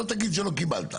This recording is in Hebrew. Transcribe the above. שלא תגיד שלא קיבלת.